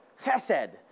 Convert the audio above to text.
chesed